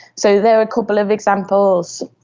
so they are a couple of examples.